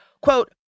quote